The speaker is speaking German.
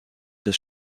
des